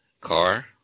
car